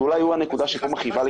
שאולי הוא הנקודה שכאן מכאיבה לכולם.